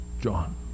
John